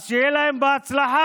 אז שיהיה להם בהצלחה.